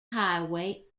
highway